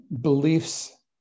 beliefs